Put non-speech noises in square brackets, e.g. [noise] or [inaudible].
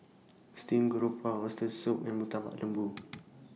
Steamed Garoupa Oxtail Soup and Murtabak Lembu [noise]